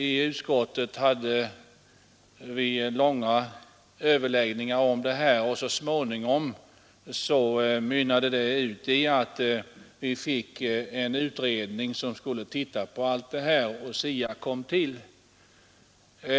I utskottet hade vi långa överläggningar och så småningom mynnande de ut i en utredning som skulle titta på detta — och SIA kom till.